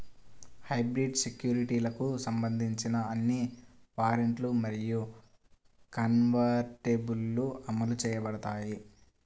hybrid సెక్యూరిటీలకు సంబంధించిన అన్ని వారెంట్లు మరియు కన్వర్టిబుల్లు అమలు చేయబడతాయి